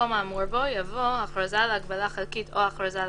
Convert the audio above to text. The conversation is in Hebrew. במקום האמור בו יבוא "הכרזה על הגבלה חלקית או הכרזה על